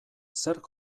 zerk